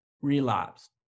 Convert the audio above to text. relapsed